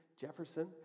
Jefferson